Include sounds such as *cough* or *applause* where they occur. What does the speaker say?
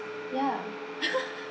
yeah *laughs*